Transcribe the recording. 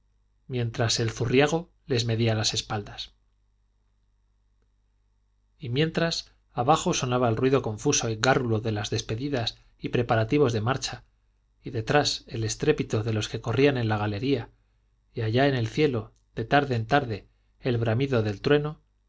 mientras el zurriago les medía las espaldas y mientras abajo sonaba el ruido confuso y gárrulo de las despedidas y preparativos de marcha y detrás el estrépito de los que corrían en la galería y allá en el cielo de tarde en tarde el bramido del trueno